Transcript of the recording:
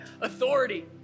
authority